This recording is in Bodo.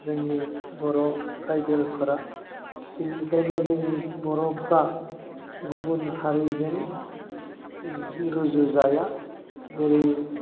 जोंनि बर' ट्राइबेलफोरा बिनिखायनो जोंनि बर'फ्रा गुबुन हारिजों रुजु जाया जेरै